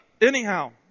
Anyhow